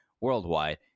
worldwide